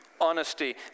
honesty